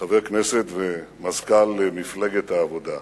חבר כנסת ומזכ"ל מפלגת העבודה.